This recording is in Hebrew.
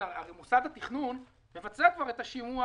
הרי מוסד התכנון מבצע כבר את השימוע,